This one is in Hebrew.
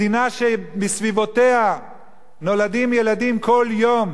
מדינה שבסביבותיה נולדים ילדים כל יום